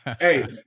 Hey